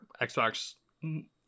xbox